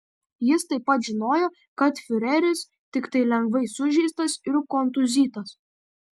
jis taip pat žinojo kad fiureris tiktai lengvai sužeistas ir kontūzytas